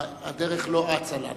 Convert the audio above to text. הדרך לא אצה לנו.